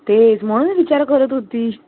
तेच म्हणून मी विचार करत होते